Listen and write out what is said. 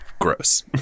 gross